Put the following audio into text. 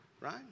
Right